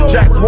Jack